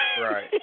Right